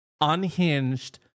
unhinged